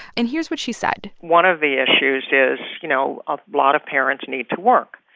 and here's what she said one of the issues is, you know, a lot of parents need to work,